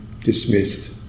dismissed